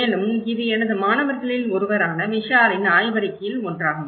மேலும் இது எனது மாணவர்களில் ஒருவரான விஷாலின் ஆய்வறிக்கையில் ஒன்றாகும்